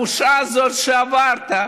את הבושה הזאת שעברת,